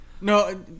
No